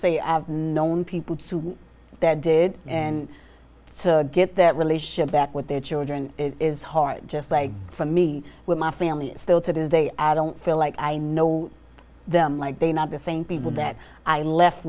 say i've known people that did and to get that relationship back with their children is hard just like for me with my family still to this day i don't feel like i know them like they are not the same people that i left